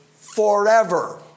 forever